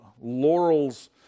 laurels